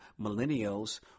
millennials